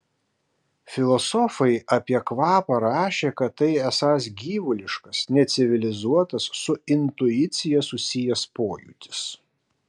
filosofai apie kvapą rašė kad tai esąs gyvuliškas necivilizuotas su intuicija susijęs pojūtis